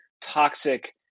toxic